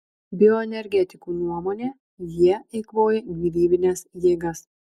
bioenergetikų nuomone jie eikvoja gyvybines jėgas